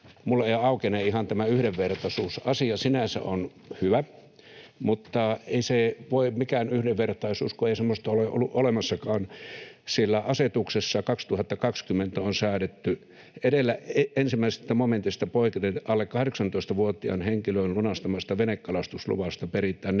Minulle ei aukene ihan tämä yhdenvertaisuusasia. Sinänsä on hyvä, mutta ei se voi mikään yhdenvertaisuus olla, kun ei semmoista ole ollut olemassakaan. Siellä asetuksessa 2020 on säädetty: ”Edellä 1 momentista poiketen alle 18-vuotiaan henkilön lunastamasta venekalastusluvasta peritään 40 euron maksu